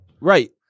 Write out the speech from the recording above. Right